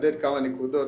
אחדד כמה נקודות.